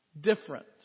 different